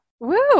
Woo